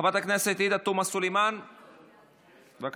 חברת הכנסת עאידה תומא סלימאן, בבקשה.